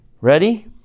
Ready